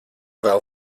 vēl